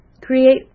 Create